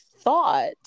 thought